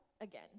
again